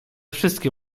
wszystkie